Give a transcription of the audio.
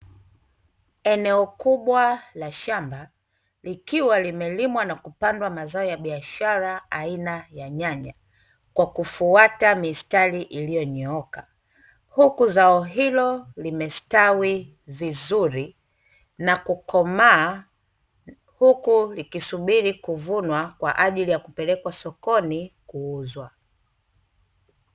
Eneo kubwa la shamba likiwa limelimwa na kupandwa mazao ya biashara aina ya nyanya kwa kufuata mistari iliyonyooka, huku zao hilo limestawi vizuri na kukomaa huku likisubiri kuvunwa kwa ajili ya kupelekwa sokoni kuuzwa.